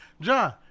John